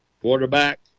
quarterback